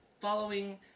following